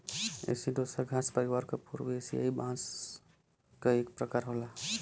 एसिडोसा घास परिवार क पूर्वी एसियाई बांस क एक प्रकार होला